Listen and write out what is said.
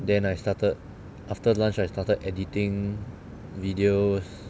then I started after lunch I started editing videos